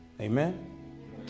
Amen